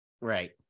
Right